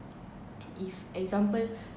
if example